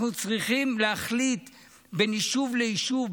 אנחנו צריכים להחליט בין יישוב ליישוב,